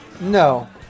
No